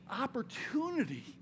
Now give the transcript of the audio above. opportunity